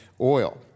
oil